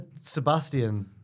Sebastian